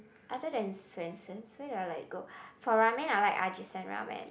other than Swensen's where do I like go for ramen I like Ajisen-ramen